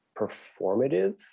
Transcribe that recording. performative